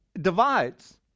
divides